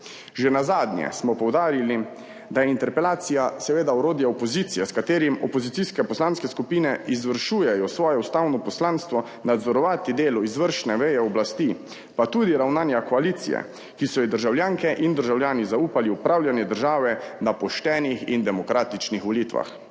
Že nazadnje smo poudarili, da je interpelacija seveda orodja opozicije, s katerim opozicijske poslanske skupine izvršujejo svoje ustavno poslanstvo nadzorovati delo izvršne veje oblasti pa tudi ravnanja koalicije, ki so ji državljanke in državljani zaupali v upravljanje države na poštenih in demokratičnih volitvah.